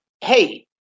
hey